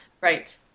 right